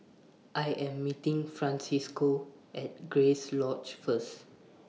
I Am meeting Francisco At Grace Lodge First